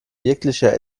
jeglicher